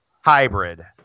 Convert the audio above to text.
Hybrid